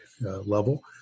level